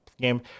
game